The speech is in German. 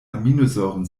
aminosäuren